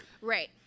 Right